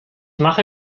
mache